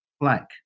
black